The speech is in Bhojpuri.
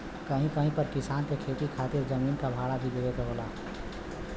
कहीं कहीं पर किसान के खेती खातिर जमीन क भाड़ा भी देवे के होला